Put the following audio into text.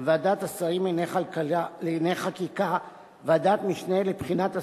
ועדת השרים לענייני חקיקה ועדת משנה לבחינת הסוגיה,